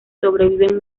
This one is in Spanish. sobreviven